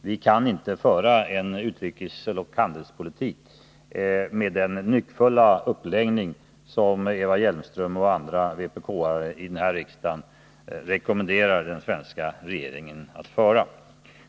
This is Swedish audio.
Vi kan inte föra en utrikesoch handelspolitik med den nyckfulla uppläggning som Eva Hjelmström och andra vpk:are här i riksdagen rekommenderar den svenska regeringen att föra.